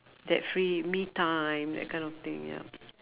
that free me time that kind of thing ya